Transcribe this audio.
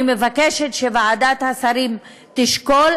אני מבקשת שוועדת השרים תשקול,